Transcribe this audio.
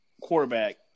quarterback